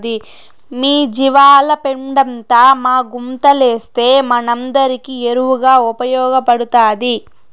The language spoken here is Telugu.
మీ జీవాల పెండంతా మా గుంతలేస్తే మనందరికీ ఎరువుగా ఉపయోగపడతాది